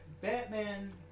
Batman